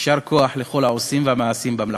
יישר כוח לכל העושים והמעשים במלאכה.